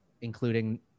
including